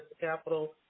capital